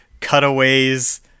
cutaways